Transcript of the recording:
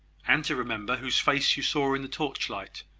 and to remember whose face you saw in the torchlight,